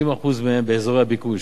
60% מהן באזורי הביקוש,